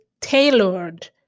tailored